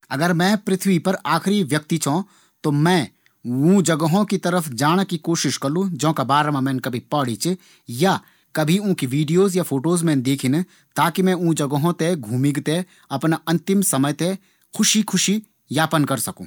अगर मैं पृथ्वी पर आखिरी व्यक्ति छौ तो मैं वू जगहों की तरफ जाण की कोशिश करलु ज्योंका बारम मैन कभी पढ़ी छौ या ज्यूँकि वीडियोज या फोटोज मैन देखिन। ताकी मैं वू जगहों पर घूमी थें अपनी जिंदगी का आखिरी पलों थें ख़ुशी ख़ुशी बिते सकू।